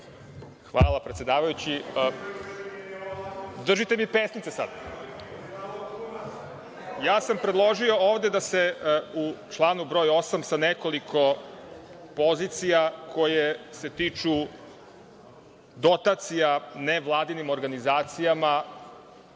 poslanici dobacuju.)Držite mi pesnice, sada. Ja sam predložio ovde da se u članu br. 8, sa nekoliko pozicija koje se tiču dotacija nevladinim organizacijama,